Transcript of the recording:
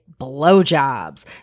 blowjobs